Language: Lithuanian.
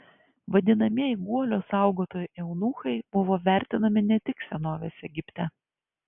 vadinamieji guolio saugotojai eunuchai buvo vertinami ne tik senovės egipte